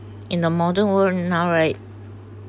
in the modern world now right